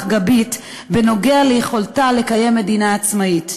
גבית בנוגע ליכולתה לקיים מדינה עצמאית.